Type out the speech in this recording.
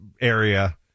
area